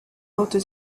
order